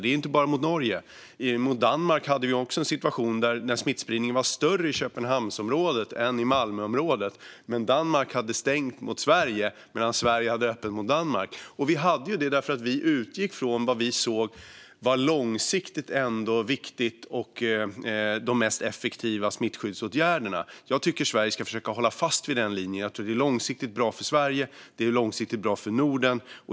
Det gäller inte bara Norge; för Danmarks del hade vi också en situation när smittspridningen var större i Köpenhamnsområdet än i Malmöområdet. Då hade Danmark stängt mot Sverige medan Sverige hade öppet mot Danmark. Det hade vi därför att vi utgick från vad vi såg som långsiktigt viktigt och de mest effektiva smittskyddsåtgärderna. Jag tycker att Sverige ska försöka hålla fast vid den linjen. Det är långsiktigt bra för Sverige, och det är långsiktigt bra för Norden.